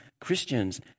Christians